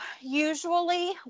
usually